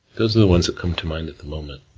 those are the ones that come to mind at the moment.